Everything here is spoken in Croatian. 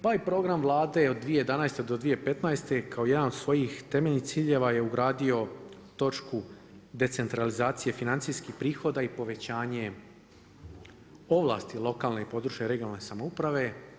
Pa i program Vlade od 2011.-2015. je kao jedan od svojih temeljnih ciljeva je ugradio točku decentralizacije financijskih prihoda i povećanjem ovlasti lokalne i područne regionalne samouprave.